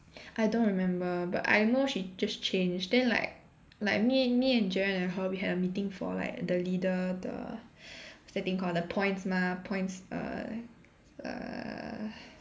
I don't remember but I know she just change then like like me me and Jaron and her we had a meeting for like the leader the what's that thing called the points mah points err err